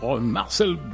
Marcel